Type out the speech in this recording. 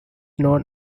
known